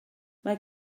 mae